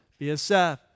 BSF